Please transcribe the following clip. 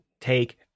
take